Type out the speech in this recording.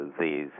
disease